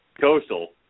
Coastal